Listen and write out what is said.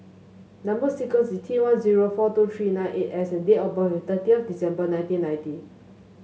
number sequence is T one zero four two three nine eight S and date of birth is thirty of December nineteen ninety